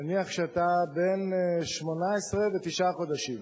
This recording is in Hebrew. נניח שאתה בן 18 ותשעה חודשים,